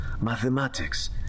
mathematics